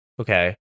Okay